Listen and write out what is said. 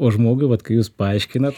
o žmogui vat kai jūs paaiškinat